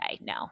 No